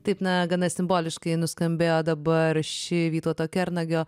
taip na gana simboliškai nuskambėjo dabar ši vytauto kernagio